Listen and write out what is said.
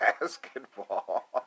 basketball